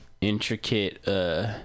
intricate